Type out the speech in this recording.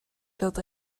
ddod